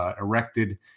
erected